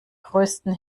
größten